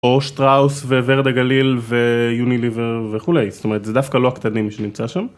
או שטראוס ו'ורד הגליל' ויוניליבר וכולי זאת אומרת זה דווקא לא הקטנים שנמצא שם.